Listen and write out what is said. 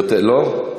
לא?